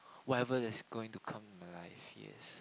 whatever that's going to come in my life yes